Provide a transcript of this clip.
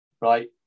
Right